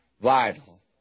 vital